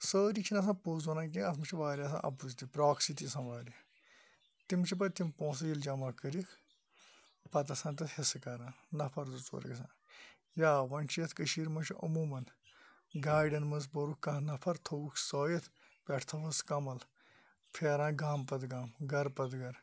سٲری چھِنہٕ آسان پوٚز وَنان کینٛہہ اَتھ مَنٛز چھِ واریاہ آسان اَپوٚز تہِ پراکسی تہٕ چھِ آسان واریاہ تِم چھِ پَتہٕ تِم پونٛسہٕ ییٚلہِ جَمَع کٔرِکھ پَتہٕ آسان تَتھ حِصہٕ کَران نَفَر زٕ ژور آسان یا وۄنۍ چھُ یَتھ کٔشیٖرِ مَنٛز چھُ عمومن گاڑٮ۪ن مَنٛز بوٚرُکھ کانٛہہ نَفَر تھووُکھ سٲیِتھ پیٹھِ تھاوہَس کَمَل پھیران گامہ پَتہٕ گامہ گَر پَتہٕ گَر